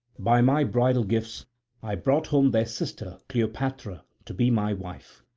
by my bridal gifts i brought home their sister cleopatra to be my wife.